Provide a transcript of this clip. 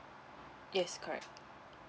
yes correct